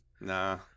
Nah